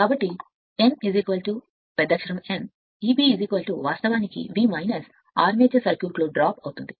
కాబట్టి n Eb వాస్తవానికి V armature సర్క్యూట్లో పడిపోతుంది